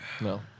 No